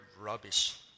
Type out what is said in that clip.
rubbish